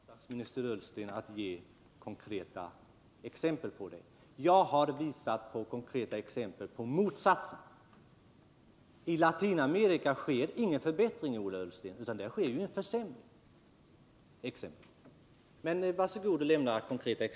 Herr talman! Jag vill då bara be statsminister Ullsten att ge konkreta exempel på detta. Jag har redovisat konkreta exempel på motsatsen. I Latinamerika sker ingen förbättring, Ola Ullsten, utan en försämring.